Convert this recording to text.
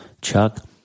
Chuck